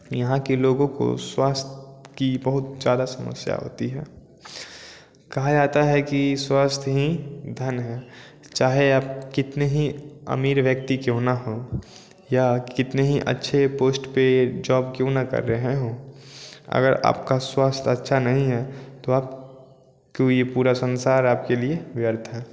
यहाँ के लोगों को स्वास्थ्य की बहुत ज़्यादा समस्या होती है कहा जाता है कि स्वास्थ्य ही धन है चाहे आप कितने ही अमीर व्यक्ति क्यों ना हो या कितने ही अच्छे पोश्ट पर जॉब क्यों ना कर रहे हों अगर आपका स्वास्थ्य अच्छा नहीं है तो आप को ये पूरा संसार आपके लिए व्यर्थ है